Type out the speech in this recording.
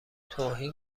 توهین